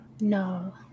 No